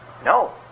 No